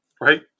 Right